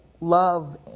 love